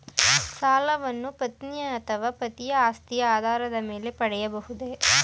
ಸಾಲವನ್ನು ಪತ್ನಿ ಅಥವಾ ಪತಿಯ ಆಸ್ತಿಯ ಆಧಾರದ ಮೇಲೆ ಪಡೆಯಬಹುದೇ?